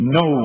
no